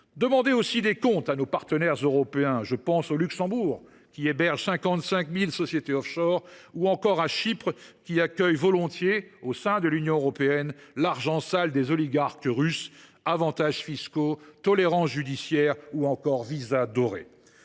Demandez aussi des comptes à nos partenaires européens, au Luxembourg, notamment, qui héberge 55 000 sociétés, ou encore à Chypre, qui accueille volontiers, au sein de l’Union européenne, l’argent sale des oligarques russes en leur offrant avantages fiscaux, tolérance judiciaire et visas dorés.